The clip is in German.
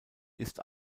ist